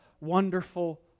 wonderful